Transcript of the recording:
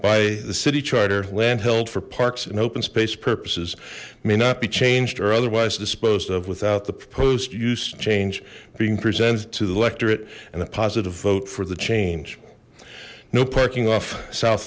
by the city charter land held for parks and open space purposes may not be changed or otherwise disposed of without the proposed use change being presented to the electorate and a positive vote for the change no parking off south